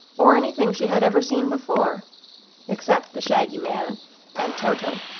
or anything she had ever seen before except the shaggy man and toto.